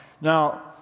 Now